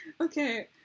okay